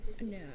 No